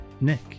Nick